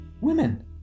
women